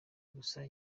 gusa